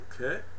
Okay